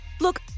Look